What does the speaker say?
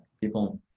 people